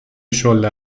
شله